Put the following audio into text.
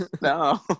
No